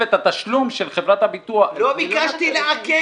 את התשלום של חברת הביטוח --- לא ביקשתי לעכב.